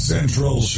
Central